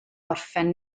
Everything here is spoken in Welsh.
orffen